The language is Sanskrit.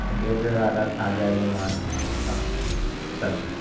दीर्घकालात् आचार्यमानाः सन्ति